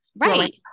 Right